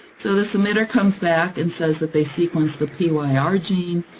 so the submitter comes back and says that they sequenced the pyr ah pyr gene,